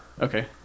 Okay